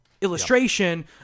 illustration